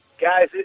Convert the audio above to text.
Guys